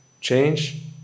change